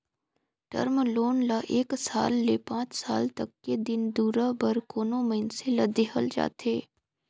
term loan ल एक साल ले पांच साल तक के दिन दुरा बर कोनो मइनसे ल देहल जाथे